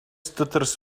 stutters